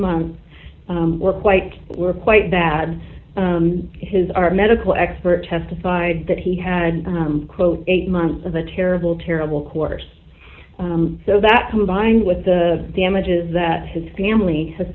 month were quite were quite bad his our medical expert testified that he had quote eight months of a terrible terrible course so that combined with the damages that his family ha